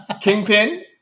Kingpin